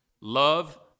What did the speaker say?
love